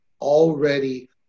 already